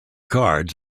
cards